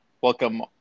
Welcome